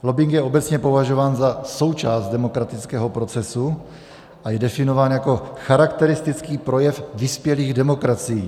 Lobbing je obecně považován za součást demokratického procesu a je definován jako charakteristický projev vyspělých demokracií.